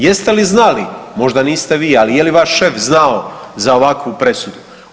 Jeste li znali, možda niste vi, ali je li vaš šef znao za ovakvu presudu?